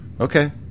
Okay